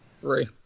Three